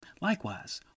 Likewise